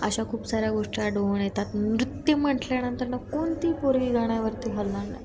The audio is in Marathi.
अशा खूप साऱ्या गोष्टी आढळून येतात नृत्य म्हटल्यानंतर ना कोणती पोरगी गाण्यावरती हलणार नाही